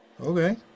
okay